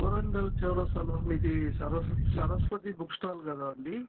వరంగల్ చౌరస్తాలో ఇది సరస్వ సరస్వతి బుక్ స్టాల్ కదా అండి